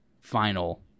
final